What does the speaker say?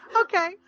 Okay